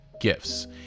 gifts